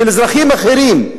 של אזרחים אחרים,